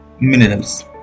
minerals